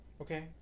Okay